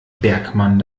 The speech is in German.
bergmann